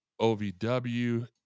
OVW